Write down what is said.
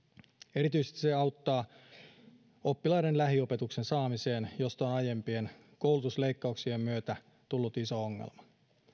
erityisesti se auttaa oppilaiden lähiopetuksen saamiseen josta on aiempien koulutusleikkauksien myötä tullut iso ongelma